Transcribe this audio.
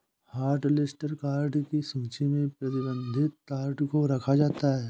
hotlist card की सूची में प्रतिबंधित कार्ड को रखा जाता है